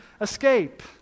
escape